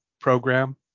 program